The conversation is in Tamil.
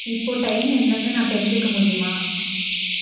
இப்போது டைம் என்னென்னு நான் தெரிஞ்சுக்க முடியுமா